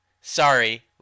Sorry